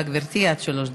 בבקשה, גברתי, עד שלוש דקות.